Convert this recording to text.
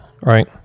right